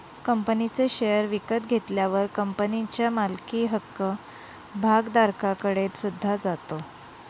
कंपनीचे शेअर विकत घेतल्यावर कंपनीच्या मालकी हक्क भागधारकाकडे सुद्धा जातो